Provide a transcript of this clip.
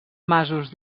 masos